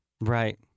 Right